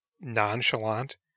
nonchalant